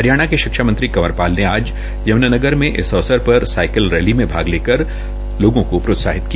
हरियाणा के शिक्षा मंत्री कंवरपाल ने आज यमूनानगर में इस अवसर पर एक साईकिल रैली में भाग लेकर शामिल लोगो को प्रोत्साहित किया